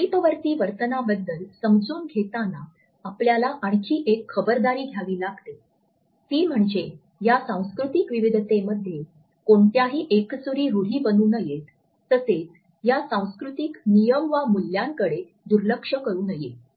समीपवर्ती वर्तनाबद्दल समजून घेताना आपल्याला आणखी एक खबरदारी घ्यावी लागेल ती म्हणजे या सांस्कृतिक विविधतेमध्ये कोणत्याही एकसुरी रूढी बनू नयेत तसेच या सांस्कृतिक नियम वा मूल्यांकडे कडे दुर्लक्ष्य करू नये